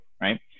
right